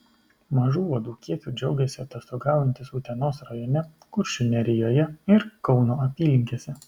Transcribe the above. mažu uodų kiekiu džiaugėsi atostogaujantys utenos rajone kuršių nerijoje ir kauno apylinkėse